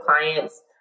clients